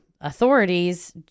authorities